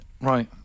right